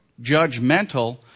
judgmental